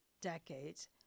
decades